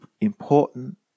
important